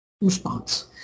response